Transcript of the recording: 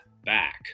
back